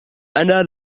أنا